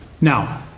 Now